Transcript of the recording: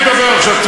תן לי לדבר עכשיו.